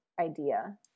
idea